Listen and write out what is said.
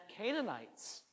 Canaanites